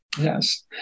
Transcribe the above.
Yes